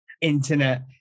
Internet